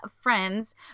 friends